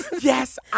Yes